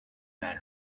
man